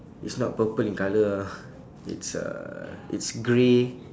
is not purple in colour ah it's uh it's grey